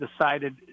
decided